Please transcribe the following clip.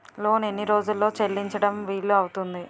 Loan ఎన్ని రోజుల్లో చెల్లించడం వీలు అవుతుంది?